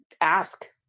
ask